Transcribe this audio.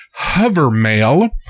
Hovermail